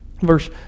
Verse